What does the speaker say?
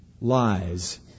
lies